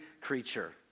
creature